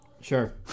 sure